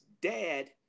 dad